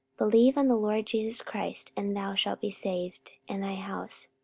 believe on the lord jesus christ, and thou shalt be saved, and thy house.